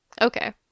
okay